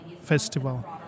Festival